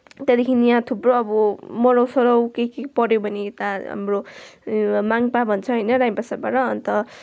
त्यहाँदेखि यहाँ थुप्रो अब मरौ सरौ के के पऱ्यो भने त हाम्रो माङ्पा भन्छ होइन राईमा भाषाबाट अन्त